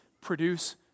Produce